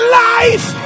life